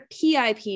PIP